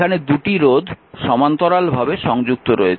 এখানে 2টি রোধ সমান্তরালভাবে সংযুক্ত রয়েছে